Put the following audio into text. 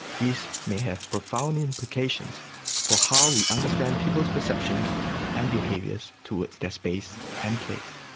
this may have profound implications for how we understand people's perceptions and behaviours towards their space and place.